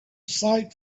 sight